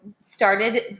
started